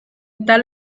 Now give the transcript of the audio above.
tal